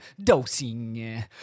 dosing